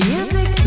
Music